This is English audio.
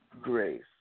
grace